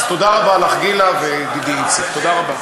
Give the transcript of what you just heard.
אז תודה רבה לך, גילה, וידידי איציק, תודה רבה.